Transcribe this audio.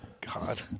God